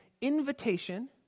invitation